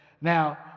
Now